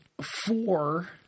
four